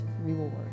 reward